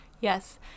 Yes